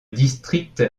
district